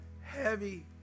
heavy